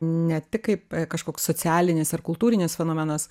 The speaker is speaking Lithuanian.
ne tik kaip kažkoks socialinis ar kultūrinis fenomenas